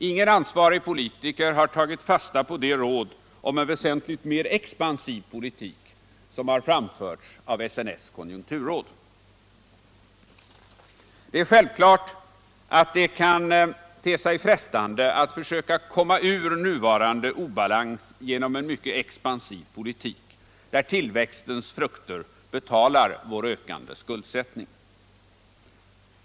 Ingen ansvarig politiker har tagit fasta på det råd om en väsentligt mer expansiv politik som framförts av SNS konjukturråd. Det är självklart att det kan te sig frestande att försöka komma ur nuvarande obalans genom en mycket expansiv politik, där tillväxtens frukter betalar vår ökande skuldsättning.